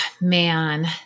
man